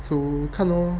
so 看 lor